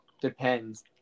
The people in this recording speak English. Depends